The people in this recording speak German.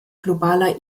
globaler